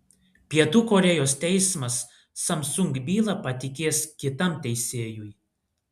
pietų korėjos teismas samsung bylą patikės kitam teisėjui